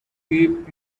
keep